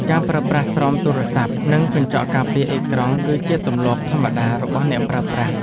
ការប្រើប្រាស់ស្រោមទូរស័ព្ទ និងកញ្ចក់ការពារអេក្រង់ គឺជាទម្លាប់ធម្មតារបស់អ្នកប្រើប្រាស់។